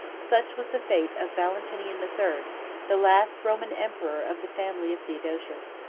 such was the fate of valentinian the third the last roman emperor of the family of theodosius.